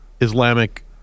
Islamic